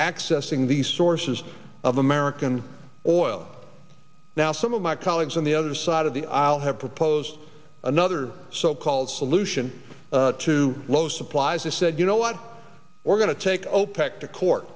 accessing the sources of american oil now some of my colleagues on the other side of the aisle have proposed another so called solution to low supplies and said you know what we're going to take opec to court